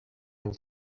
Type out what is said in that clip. able